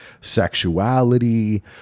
sexuality